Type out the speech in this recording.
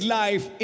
life